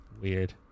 Weird